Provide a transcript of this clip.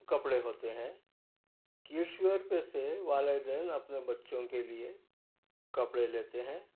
کپڑے ہوتے ہیں کیڈس کڈس ویئر پہ سے والدین اپنے بچوں کے لئے کپڑے لیتے ہیں